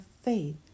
faith